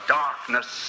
darkness